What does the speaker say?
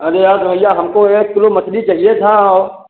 अरे यार तो भैया हमको एक किलो मछली चाहिए था और